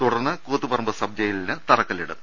തുടർ ന്ന് കൂത്തുപറമ്പ് സബ്ജയിലിന് തറക്കല്ലിടും